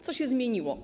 Co się zmieniło?